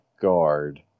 guard